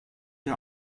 der